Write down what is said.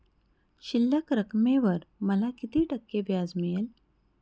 शिल्लक रकमेवर मला किती टक्के व्याज मिळेल?